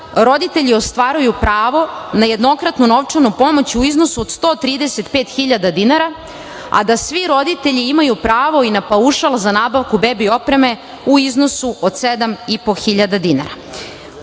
roditelji ostvaruju pravo na jednokratnu novčanu pomoć u iznosu od 135.000 dinara, a da svi roditelji imaju pravo i na paušal za nabavku bebi opreme u iznosi od 7.500 dinara. Ova